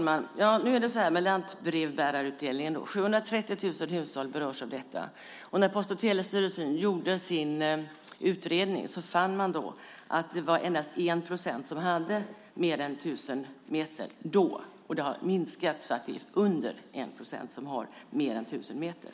Fru talman! Det är så här med lantbrevbärarutdelningen: 730 000 hushåll berörs av detta. När Post och telestyrelsen gjorde sin utredning fann man att det då var endast 1 procent som hade mer än 1 000 meter. Det har minskat så att det nu är under 1 procent som har mer än 1 000 meter.